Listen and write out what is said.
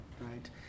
right